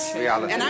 reality